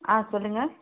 ஆ சொல்லுங்கள்